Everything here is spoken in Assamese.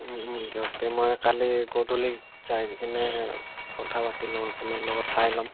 দিয়ক তে মই কালি গধূলি যায়কিনে কথা পাতি ল'ম আপোনাৰ লগত চাই ল'ম